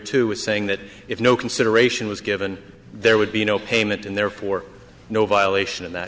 two was saying that if no consideration was given there would be no payment and therefore no violation in that